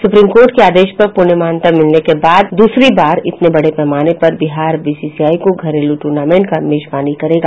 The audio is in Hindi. सुप्रीम कोर्ट के आदेश पर पूर्ण मान्यता मिलने के बाद दूसरी बार इतने बड़े पैमाने पर बिहार बीसीसीआई को घरेलू टूर्नामेंटों का मेजबानी करेगा